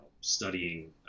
studying